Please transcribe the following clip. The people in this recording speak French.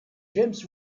james